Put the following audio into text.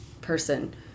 person